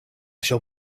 shall